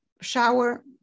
shower